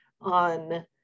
on